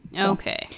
Okay